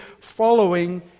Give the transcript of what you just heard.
following